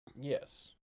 Yes